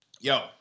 Yo